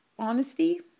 honesty